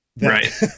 Right